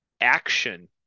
action